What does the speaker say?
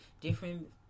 different